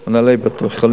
עם מנהלי בתי-החולים,